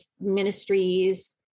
ministries